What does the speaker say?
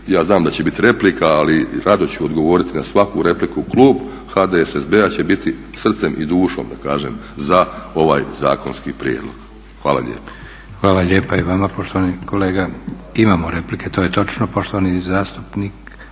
Ja znam da će biti replika, ali rado ću odgovoriti na svaku repliku. Klub HDSSB-a će biti srcem i dušom da kažem za ovaj zakonski prijedlog. Hvala lijepo. **Leko, Josip (SDP)** Hvala lijepa i vama poštovani kolega. Imamo replike. To je točno. Poštovani zastupnik